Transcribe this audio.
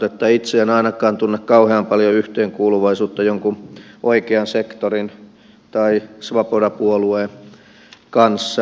itse en ainakaan tunne kauhean paljon yhteenkuuluvaisuutta jonkun oikean sektorin tai svoboda puolueen kanssa